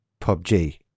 PUBG